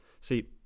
see